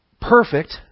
perfect